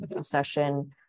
session